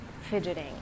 fidgeting